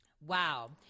Wow